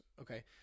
Okay